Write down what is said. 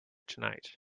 tonight